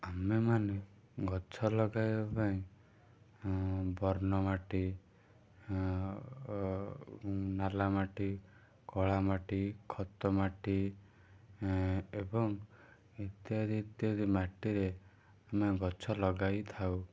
ଆମେମାନେ ଗଛ ଲଗାଇବା ପାଇଁ ବର୍ଣ୍ଣ ମାଟି ନାଲା ମାଟି କଳା ମାଟି ଖତ ମାଟି ଏବଂ ଇତ୍ୟାଦି ଇତ୍ୟାଦି ମାଟିରେ ଆମେ ଗଛ ଲଗାଇଥାଉ